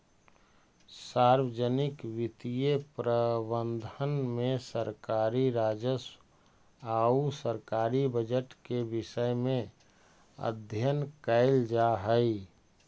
सार्वजनिक वित्तीय प्रबंधन में सरकारी राजस्व आउ सरकारी बजट के विषय में अध्ययन कैल जा हइ